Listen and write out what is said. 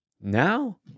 now